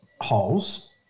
holes